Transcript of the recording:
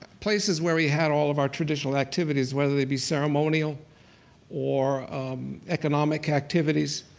places where we had all of our traditional activities, whether they be ceremonial or um economic activities.